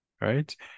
right